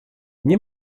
nie